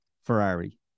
Ferrari